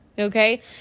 Okay